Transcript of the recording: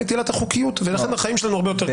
נטילת החוקיות ולכן החיים שלנו הרבה יותר קלים.